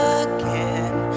again